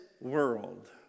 world